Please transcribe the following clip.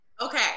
Okay